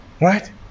right